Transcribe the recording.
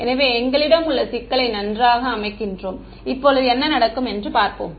எனவே எங்களிடம் உள்ள சிக்கலை நன்றாக அமைக்கின்றோம் இப்போது என்ன நடக்கும் என்று பார்ப்போம்